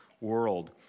world